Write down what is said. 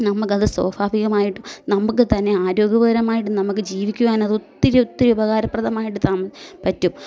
നമുക്കത് സ്വാഭാവികമായിട്ടും നമുക്ക് തന്നെ ആരോഗ്യപരമായിട്ടും നമുക്ക് ജീവിക്കുവാനതൊത്തിരി ഒത്തിരി ഉപകാരപ്രദമായിട്ട് പറ്റും